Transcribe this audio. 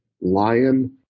lion